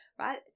right